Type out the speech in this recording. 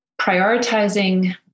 prioritizing